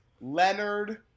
Leonard